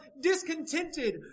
discontented